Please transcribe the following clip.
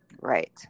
Right